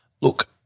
Look